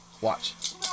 Watch